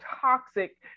toxic